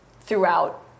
throughout